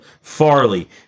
Farley